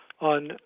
on